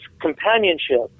companionship